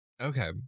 Okay